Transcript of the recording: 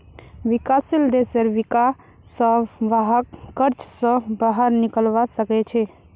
विकासशील देशेर विका स वहाक कर्ज स बाहर निकलवा सके छे